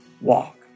walk